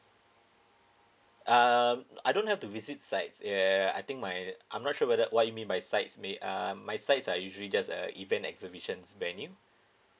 um I don't have to visit sites err I think my I'm not sure whether what you mean by sites may uh my sites are usually just uh event exhibitions venue